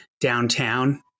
downtown